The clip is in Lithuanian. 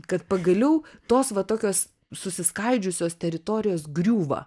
kad pagaliau tos va tokios susiskaidžiusios teritorijos griūva